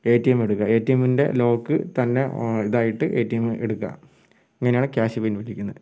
A T M വിടുക A T എമ്മിൻ്റെ lock തന്നെ ഓൺ ഇതായിട്ട് എ ടി എം എടുക്കുക ഇങ്ങനെയാണ് ക്യാഷ് പിൻവലിക്കുന്നത്